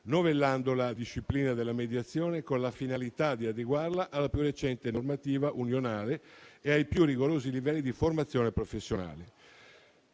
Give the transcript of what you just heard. novellando la disciplina della mediazione con la finalità di adeguarla alla più recente normativa unionale e ai più rigorosi livelli di formazione professionale.